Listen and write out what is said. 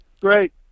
Great